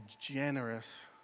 generous